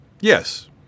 yes